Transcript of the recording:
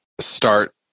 start